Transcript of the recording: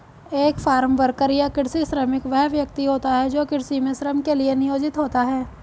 एक farm worker या कृषि श्रमिक वह व्यक्ति होता है जो कृषि में श्रम के लिए नियोजित होता है